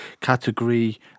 category